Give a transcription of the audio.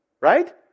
right